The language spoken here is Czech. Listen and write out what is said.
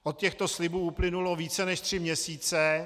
Od těchto slibů uplynuly více než tři měsíce.